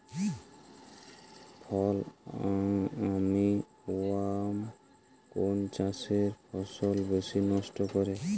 ফল armyworm কোন চাষের ফসল বেশি নষ্ট করে?